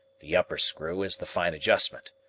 the upper screw is the fine adjustment.